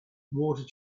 water